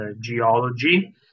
geology